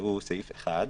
שהוא סעיף 1,